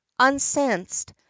uncensed